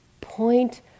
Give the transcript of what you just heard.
point